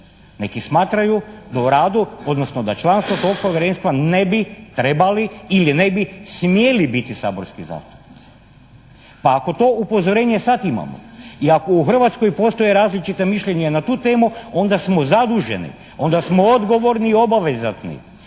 Neki smatraju da u radu, odnosno da članstvo tog Povjerenstva ne bi trebali ili ne bi smjeli biti saborski zastupnici. Pa ako to upozorenje sad imamo i ako u Hrvatskoj postoje različita mišljenja na tu temu onda smo zaduženi, onda smo odgovorni i obavezatni